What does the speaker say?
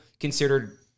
considered